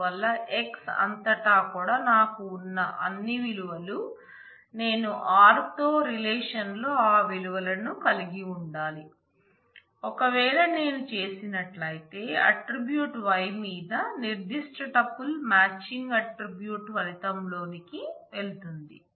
అందువల్ల X అంతటా కూడా నాకు ఉన్న అన్ని విలువలు నేను r తో రిలేషన్లో ఆ విలువలను కలిగి ఉండాలి ఒకవేళ నేను చేసినట్లయితే ఆట్రిబ్యూట్Y మీద నిర్ధిష్ట టూపుల్ మ్యాచింగ్ ఆట్రిబ్యూట్ ఫలితం లోనికి వెళుతుంది